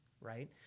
Right